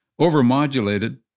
Overmodulated